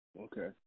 Okay